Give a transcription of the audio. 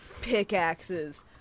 pickaxes